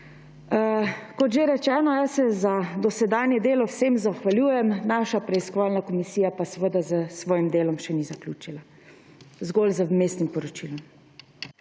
Kot že rečeno, jaz se za dosedanje delo vsem zahvaljujem, naša preiskovalna komisija pa seveda s svojim delom še ni zaključila. Zgolj z vmesnim poročilom.